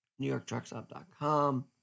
NewYorkTrucksUp.com